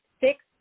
six